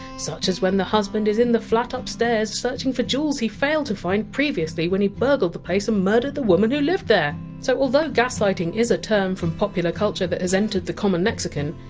such as when the husband is in the flat upstairs searching for jewels he failed to find previously when he burgled the place and um murdered the woman who lived there so although! gaslighting! is a term from popular culture that has entered the common lexicon,